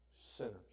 sinners